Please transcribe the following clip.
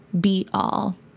be-all